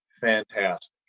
fantastic